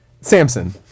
samson